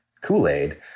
Kool-Aid